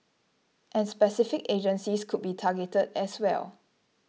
and specific agencies could be targeted as well